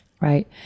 right